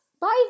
Bye